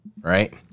right